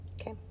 Okay